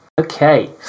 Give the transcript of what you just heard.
okay